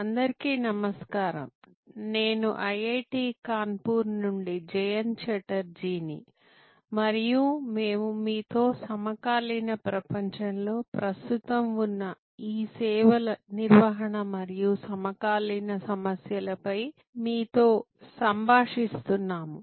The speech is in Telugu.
అందరికీ నమస్కారం నేను ఐఐటి కాన్పూర్ నుండి జయంత ఛటర్జీ ని మరియు మేము మీతో సమకాలీన ప్రపంచంలో ప్రస్తుతం ఉన్న ఈ సేవల నిర్వహణ మరియు సమకాలీన సమస్యల పై మీతో సంభాషిస్తున్నాము